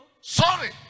Sorry